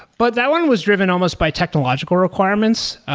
but that one was driven almost by technological requirements.